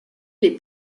les